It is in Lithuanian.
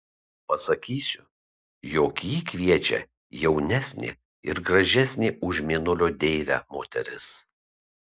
pasakysiu jog jį kviečia jaunesnė ir gražesnė už mėnulio deivę moteris